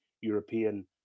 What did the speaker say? european